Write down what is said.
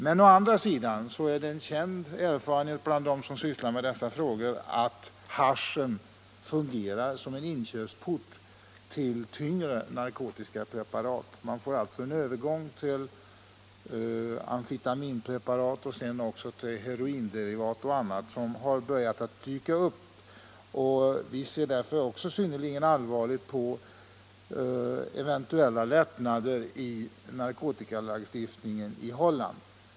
Men å andra sidan är det en känd erfarenhet bland dem som sysslar med dessa frågor att haschen fungerar som en inkörsport till tyngre narkotikapreparat. Det blir alltså en övergång till amfetaminpreparat och sedan också heroinderivat och annat som börjat dyka upp. Vi ser därför synnerligen allvarligt på eventuella lättnader i narkotikalagstiftningen i Holland.